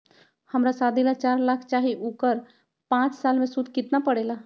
हमरा शादी ला चार लाख चाहि उकर पाँच साल मे सूद कितना परेला?